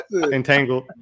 Entangled